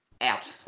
out